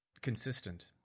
consistent